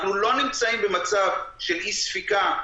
אנחנו לא נמצאים במצב של אי-ספיקה,